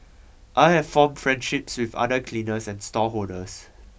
I have formed friendships with other cleaners and stallholders